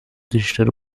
dışişleri